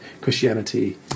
christianity